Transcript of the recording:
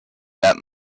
that